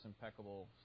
impeccable